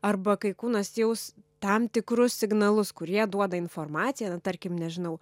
arba kai kūnas jaus tam tikrus signalus kurie duoda informaciją tarkim nežinau